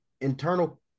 internal